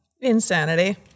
Insanity